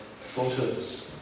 photos